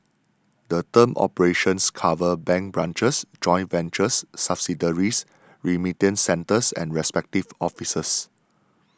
the term operations covers bank branches joint ventures subsidiaries remittance centres and representative offices